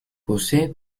posee